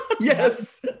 Yes